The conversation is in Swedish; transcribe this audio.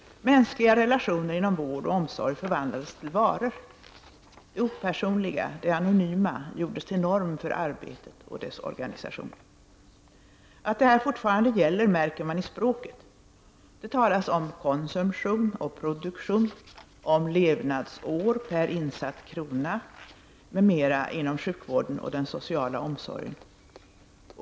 Mänskliga relationer inom vård och omsorg förvandlades till varor. Det opersonliga, det anonyma, gjordes till norm för arbetet och dess organisation. Att det här fortfarande gäller märker man i språket. Det talas om ”konsumtion” och "produktion", om "levnadsår per insatt krona” m.m. inom sjukvården och den sociala omsorgen.